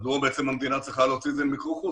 מדוע המדינה צריכה להוציא את זה למיקור חוץ,